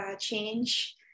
change